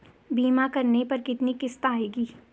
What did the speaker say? बीमा करने पर कितनी किश्त आएगी?